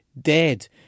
dead